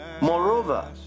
Moreover